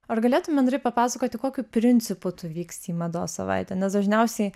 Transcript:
ar galėtum bendrai papasakoti kokiu principu tu vyksti į mados savaitę nes dažniausiai